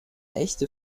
echte